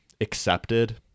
accepted